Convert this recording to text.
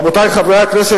רבותי חברי הכנסת,